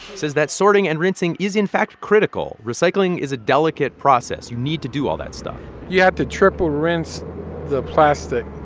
says that sorting and rinsing is, in fact, critical. recycling is a delicate process. you need to do all that stuff you have to triple-rinse the plastic.